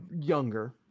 younger